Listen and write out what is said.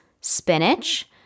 spinach